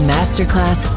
Masterclass